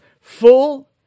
full